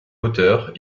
hauteurs